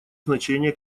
значение